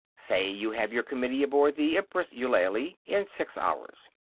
say you have your committee aboard the empress eulalie in six hours.